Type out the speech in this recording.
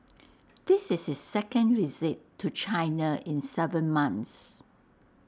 this is his second visit to China in Seven months